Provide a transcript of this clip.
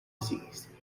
disease